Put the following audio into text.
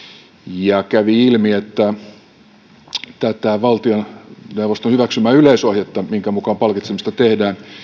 ja kävi ilmi että tätä valtioneuvoston hyväksymää yleisohjetta minkä mukaan palkitsemista tehdään